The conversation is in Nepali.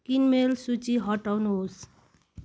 किनमेल सूची हटाउनुहोस्